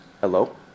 Hello